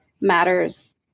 matters